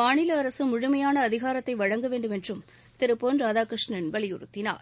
மாநில அரசு முழுமையான அதிகாரத்தை வழங்க வேண்டும் என்றும் திரு பொன் ராதாகிருஷ்ணன் வலியுறுத்தினார்